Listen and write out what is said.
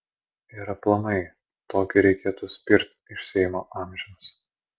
ir aplamai tokį reikėtų spirt iš seimo amžiams